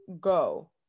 go